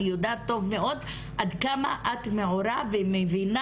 אני יודעת טוב מאוד עד כמה את מעורה ומבינה